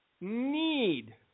need